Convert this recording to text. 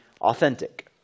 authentic